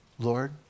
Lord